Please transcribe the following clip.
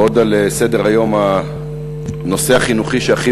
בעוד על סדר-היום הנושא החינוכי שהכי